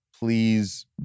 Please